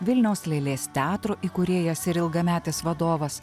vilniaus lėlės teatro įkūrėjas ir ilgametis vadovas